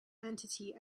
entity